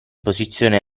posizione